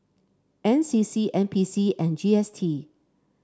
N C C N P C and G S T